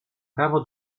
prawo